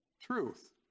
truth